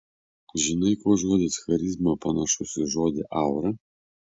žinai kuo žodis charizma panašus į žodį aura